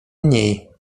mniej